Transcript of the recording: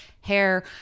hair